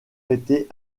été